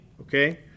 okay